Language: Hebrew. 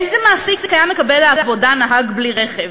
איזה מעסיק היה מקבל לעבודה נהג בלי רכב?